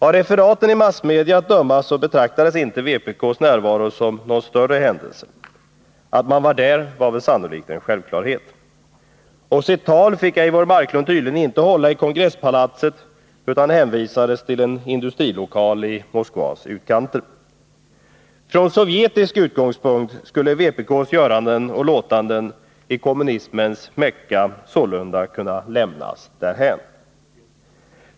Av referaten i massmedia att döma betraktades inte vpk:s närvaro som någon större händelse. Att vpk var representerat där var sannolikt en självklarhet. Och sitt tal fick Eivor Marklund tydligen inte hålla i Från sovjetisk utgångspunkt skulle vpk:s göranden och låtanden i 19 mars 1981 kommunismens Mecka sålunda kunna lämnas därhän.